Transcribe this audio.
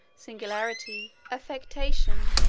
singularity, affectation,